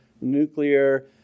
nuclear